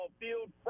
field